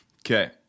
Okay